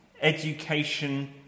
education